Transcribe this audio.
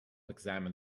examine